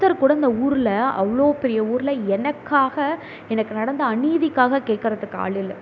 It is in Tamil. ஒருத்தர் கூட இந்த ஊரில் அவ்வளோ பெரிய ஊரில் எனக்காக எனக்கு நடந்த அநீதிக்காக கேக்கிறதுக்கு ஆள் இல்லை